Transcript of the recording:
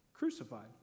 Crucified